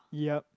yup